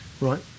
Right